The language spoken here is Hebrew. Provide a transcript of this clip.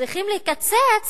וצריכים לקצץ